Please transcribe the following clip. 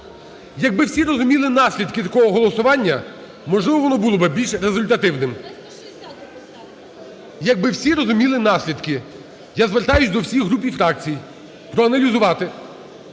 якби всі розуміли наслідки такого голосування, можливо, воно було би більш результативним. Якби всі розуміли наслідки. Я звертаюсь до всіх груп і фракцій: проаналізувати.